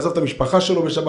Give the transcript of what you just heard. לא יעזוב את המשפחה שלו בשבת,